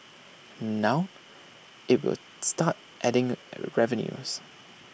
now IT will start adding revenues